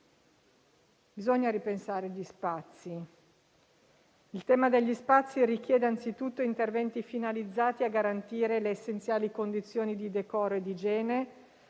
Bisogna ripensare gli spazi. Il tema degli spazi richiede, anzitutto, interventi finalizzati a garantire le essenziali condizioni di decoro ed igiene,